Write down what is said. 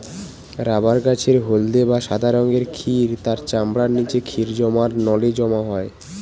rubber গাছের হলদে বা সাদা রঙের ক্ষীর তার চামড়ার নিচে ক্ষীর জমার নলে জমা হয়